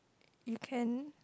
you can